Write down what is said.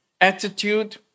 attitude